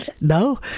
no